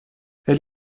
elle